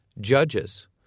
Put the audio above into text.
judges